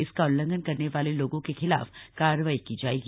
इसका उल्लंघन करने वालों के खिलाफ कार्रवाई की जाएगी